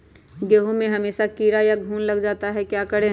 गेंहू में हमेसा कीड़ा या घुन लग जाता है क्या करें?